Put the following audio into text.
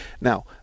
now